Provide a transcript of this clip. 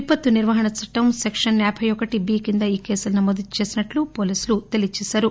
విపత్తు నిర్వహణ చట్టం సెక్షన్ యాబై ఒకటి బి కింద ఈ కేసులు నమోదు చేసినట్లు పోలీసులు తెలియచేసారు